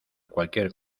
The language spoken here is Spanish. cualquier